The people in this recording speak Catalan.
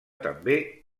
també